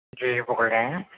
جی بول رہے ہیں